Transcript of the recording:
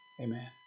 Amen